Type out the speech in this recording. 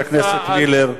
חבר הכנסת מילר,